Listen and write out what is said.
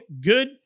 Good